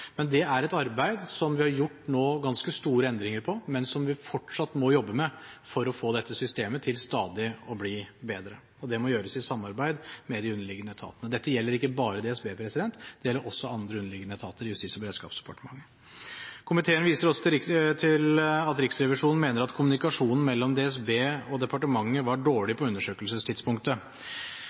men som vi fortsatt må jobbe med for å få dette systemet til stadig å bli bedre, og det må gjøres i samarbeid med de underliggende etatene. Dette gjelder ikke bare DSB, det gjelder også andre underliggende etater i Justis- og beredskapsdepartementet. Komiteen viser også til at Riksrevisjonen mener at kommunikasjonen mellom DSB og departementet var dårlig